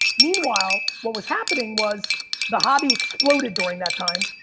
meanwhile, what was happening was the hobby exploded during that time.